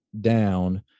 down